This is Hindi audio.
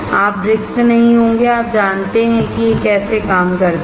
आप रिक्त नहीं होंगे और आप जानते हैं कि यह कैसे काम करता है